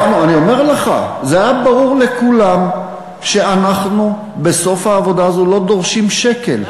אני אומר לך שזה היה ברור לכולם שאנחנו בסוף העבודה הזאת לא דורשים שקל.